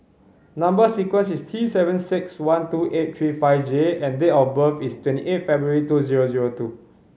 number sequence is T seven six one two eight three five J and date of birth is twenty eight February two zero zero two